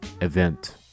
event